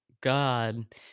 God